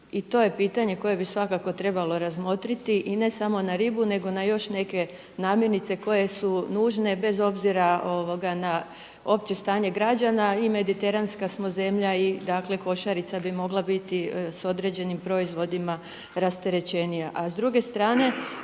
I to je pitanje koje bi svakako trebalo razmotriti i ne samo na ribu nego na još neke namirnice koje su nužne bez obzira na opće stanje građana. I mediteranska smo zemlja, i dakle košarica bi mogla biti s određenim proizvodima rasterećenija. A s druge strane